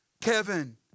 Kevin